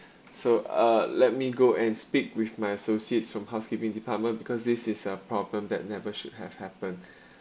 so uh let me go and speak with my associates from housekeeping department because this is a problem that never should have happened